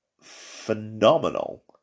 phenomenal